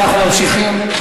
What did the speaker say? אנחנו ממשיכים.